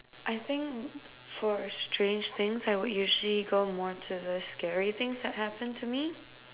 I think for a strange thing I would usually go more to the scary things that happened to me